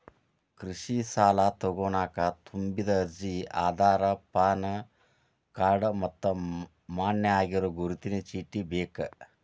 ಕೃಷಿ ಸಾಲಾ ತೊಗೋಣಕ ತುಂಬಿದ ಅರ್ಜಿ ಆಧಾರ್ ಪಾನ್ ಕಾರ್ಡ್ ಮತ್ತ ಮಾನ್ಯ ಆಗಿರೋ ಗುರುತಿನ ಚೇಟಿ ಬೇಕ